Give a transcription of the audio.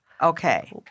Okay